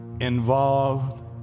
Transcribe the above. involved